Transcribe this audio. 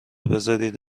بذارید